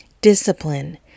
Discipline